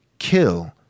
kill